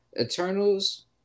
Eternals